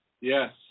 Yes